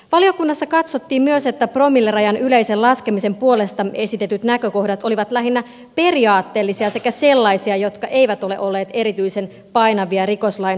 valiokunnassa katsottiin myös että promillerajan yleisen laskemisen puolesta esitetyt näkökohdat olivat lähinnä periaatteellisia sekä sellaisia jotka eivät ole olleet erityisen painavia rikoslain säätämisen kannalta